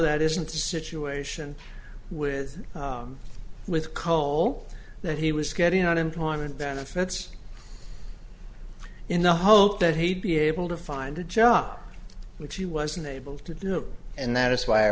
that isn't the situation with with coal that he was getting unemployment benefits in the hope that he'd be able to find a job which he was unable to do and that is why i